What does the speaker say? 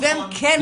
והם כן קיימים.